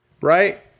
Right